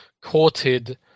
courted